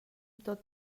tot